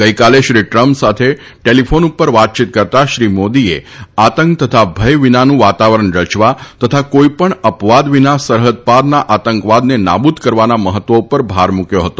ગઇકાલે શ્રી ટ્રમ્પ સાથે ટેલીફોન પર વાતચીત કરતા શ્રીમોદીએ આતંક તથા ભય વિનાનું વાતાવરણ રચવા તથા કોઇપણ અપવાદ વિના સરહદ પારના આતંકવાદને નાબૂદ કરવાના મહત્વ ઉપર ભાર મૂક્વો હતો